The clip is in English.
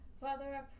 Father